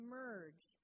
merge